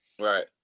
right